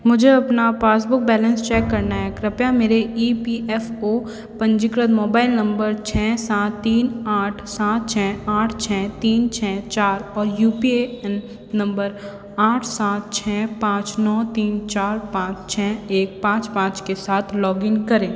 मुझे अपना passbook balance check करना है कृपया मेरे ई पी एफ़ ओ पंजीकृत मोबाइल नंबर छः सात तीन आठ सात छः आठ छः तीन छः चार और U P A N number आठ सात छः पाँच नौ तीन चार पाँच छः एक पाँच पाँच के साथ लॉगिन करें